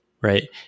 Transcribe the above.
right